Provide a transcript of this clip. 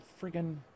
friggin